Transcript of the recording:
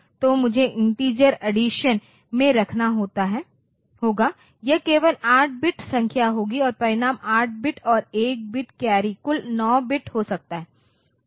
तो मुझे integer addition में रखना होगा यह केवल 8 बिट संख्या होगी और परिणाम 8 बिट और 1 बिट कैरी कुल 9 बिट हो सकता है